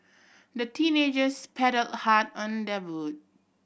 the teenagers paddled hard on their boat